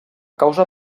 causa